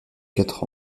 quatre